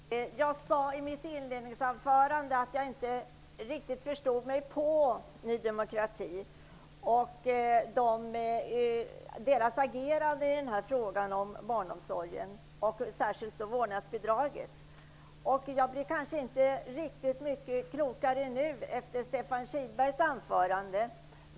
Herr talman! Jag sade i mitt inledningsanförande att jag inte riktigt förstod mig på Ny demokrati och deras agerande i frågan om barnomsorgen och särskilt vårdnadsbidraget. Jag blev inte mycket klokare efter Stefan Kihlbergs anförande.